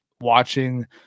watching